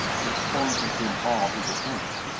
if scorn had been all his offense.